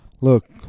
Look